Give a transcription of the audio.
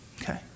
Okay